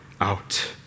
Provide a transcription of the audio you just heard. out